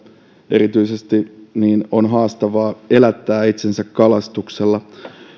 erityisesti on haastavaa elättää itsensä kalastuksella